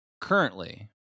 Currently